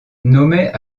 nommait